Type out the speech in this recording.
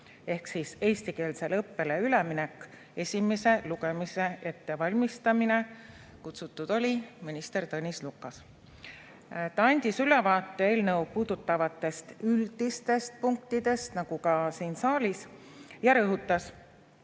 seaduse (eestikeelsele õppele üleminek) eelnõu esimese lugemise ettevalmistamine, oli kutsutud minister Tõnis Lukas. Ta andis ülevaate eelnõu puudutavatest üldistest punktidest, nagu ta tegi ka siin saalis, ja rõhutas,